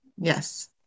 Yes